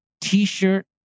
t-shirt